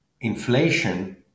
inflation